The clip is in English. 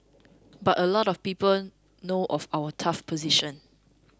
but a lot of people know of our tough position